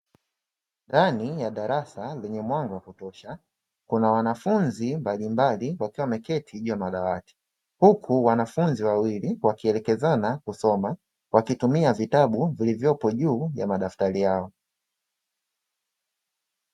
Ndani ya darasa lenye mwanga wa kutosha kuna wanafunzi mbalimbali wakiwa wameketi juu ya madawati, huku wanafunzi wawili wakielekezana kusoma wakitumia vitabu vilivyopo juu ya madaftari yao.